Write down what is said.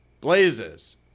blazes